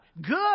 Good